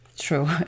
true